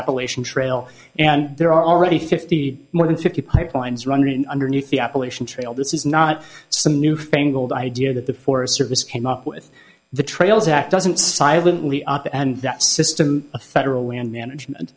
appalachian trail and there are already fifty more than the pipelines running underneath the appalachian trail this is not some new fangled idea that the forest service came up with the trails act doesn't silently up and that system of federal land management